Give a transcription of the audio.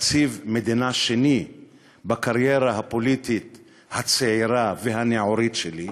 תקציב מדינה שני בקריירה הפוליטית הצעירה והנעורית שלי,